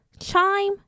chime